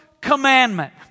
commandment